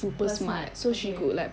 super smart okay